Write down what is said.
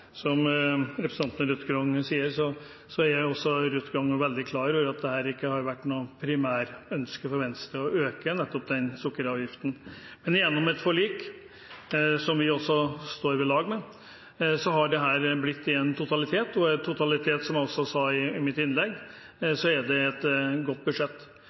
som representanten Ruth Grung sier, er også Ruth Grung veldig klar over at det ikke har vært noe primærønske fra Venstre å øke nettopp sukkeravgiften. Men gjennom et forlik, som vi også står ved, har dette blitt til i en totalitet. Og som jeg også sa i mitt innlegg, er det et godt budsjett.